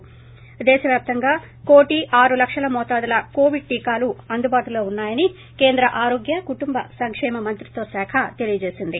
ి దేశ వ్యాప్తంగా కోటి ఆరు లక్షల మోతాదుల కోవిడ్ టీకాలు అందుబాటులో ఉన్నా యని కేంద్ర ఆరోగ్య కుటుంబ సంకేమ మంత్రిత్వ శాఖ తెలిపింది